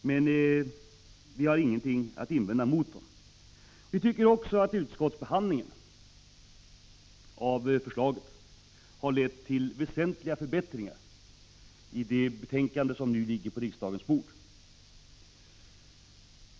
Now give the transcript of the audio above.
Men vi invänder inte mot dem. Vi tycker emellertid att utskottsbehandlingen av propositionen har lett till väsentliga förbättringar. Dessa framkommer i det betänkande som nu ligger på riksdagens bord.